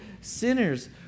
sinners